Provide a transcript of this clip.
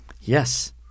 yes